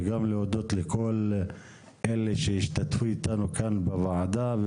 וגם להודות לכל אלה שהשתתפו איתנו כאן בוועדה,